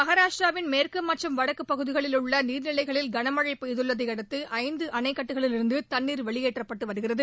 மகாராஷ்டிராவின் மேற்கு மற்றும் வடக்குப் பகுதிகளில் உள்ள நீர்நிலைகளில் கனமழை பெய்துள்ளதை அடுத்து ஐந்து அணைக்கட்டுகளிலிருந்து தண்ணீர் வெளியேற்றப்பட்டு வருகிறது